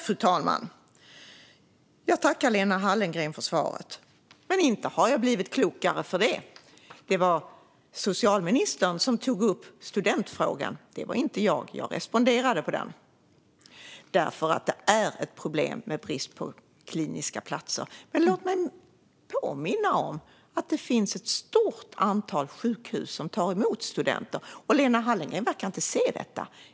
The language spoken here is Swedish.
Fru talman! Jag tackar Lena Hallengren för svaret, men inte har jag blivit klokare för det. Det var socialministern som tog upp studentfrågan, inte jag. Jag responderade på frågan, eftersom det är ett problem med brist på kliniska platser. Låt mig ändå påminna om att det finns ett stort antal sjukhus som tar emot studenter. Lena Hallengren verkar inte se detta.